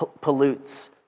pollutes